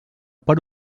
per